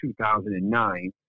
2009